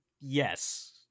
yes